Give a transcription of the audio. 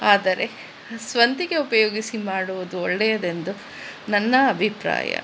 ಆದರೆ ಸ್ವಂತಿಕೆ ಉಪಯೋಗಿಸಿ ಮಾಡುವುದು ಒಳ್ಳೆಯದೆಂದು ನನ್ನ ಅಭಿಪ್ರಾಯ